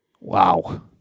wow